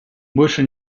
больше